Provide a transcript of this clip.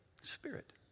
spirit